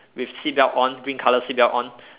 with seat belt on green colour seat belt on